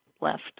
left